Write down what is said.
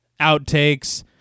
outtakes